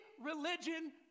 religion